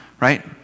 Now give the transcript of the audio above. right